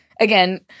again